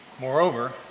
Moreover